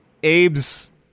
Abe's